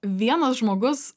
vienas žmogus